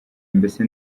mbese